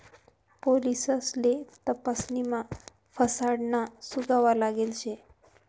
पोलिससले तपासणीमा फसाडाना सुगावा लागेल शे